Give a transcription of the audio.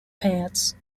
pants